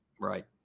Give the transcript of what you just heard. right